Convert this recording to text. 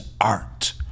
art